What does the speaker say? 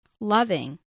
loving